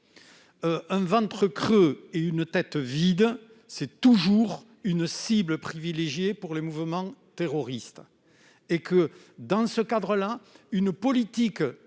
Un ventre creux et une tête vide sont toujours une cible privilégiée pour les mouvements terroristes. À cet égard, aucune politique